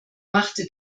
machte